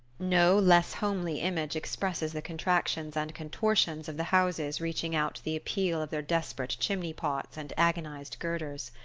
no less homely image expresses the contractions and contortions of the houses reaching out the appeal of their desperate chimney-pots and agonized girders.